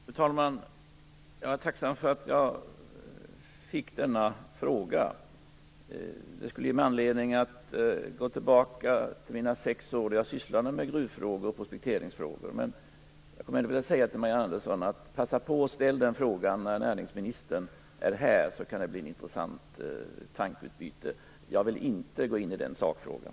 Fru talman! Jag är tacksam för att jag fick denna fråga. Det skulle ge mig anledning att gå tillbaka till mina sex år när jag sysslade med gruvfrågor och prospekteringsfrågor. Jag kommer ändå att uppmana Marianne Andersson: Passa på att ställa den frågan när näringsministern är här, så att det kan bli ett intressant tankeutbyte. Jag vill inte gå in i den sakfrågan.